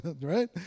right